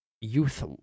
youth